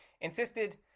insisted